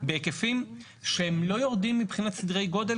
בהיקפים שהם לא יורדים מבחינת סדרי גודל,